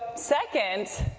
second,